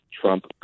Trump